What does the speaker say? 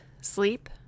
sleep